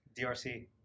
DRC